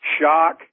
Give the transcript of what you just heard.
shock